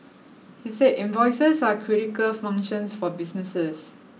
he said invoices are critical functions for businesses